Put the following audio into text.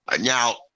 Now